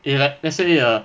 it like let's say a